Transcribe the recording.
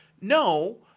no –